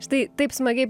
štai taip smagiai